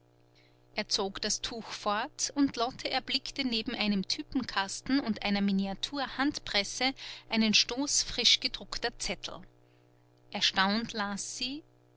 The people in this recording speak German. er zog das tuch fort und lotte erblickte neben einem typenkasten und einer miniatur handpresse einen stoß frisch gedruckter zettel erstaunt las sie